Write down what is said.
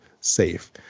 safe